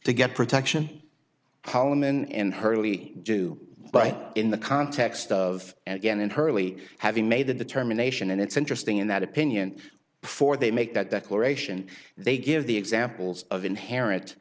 to get protection holliman in her early do but in the context of and again in her early having made the determination and it's interesting in that opinion before they make that declaration they give the examples of inherent